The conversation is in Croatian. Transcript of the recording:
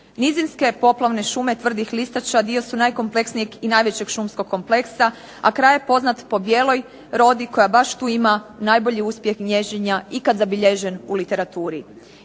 Nizinske poplavne šume tvrdih listača dio su najkompleksnijeg i najvećeg šumskog kompleksa, a kraj je poznat po bijeloj rodi koja baš tu ima najbolji uspjeh gniježđenja ikad zabilježen u literaturi.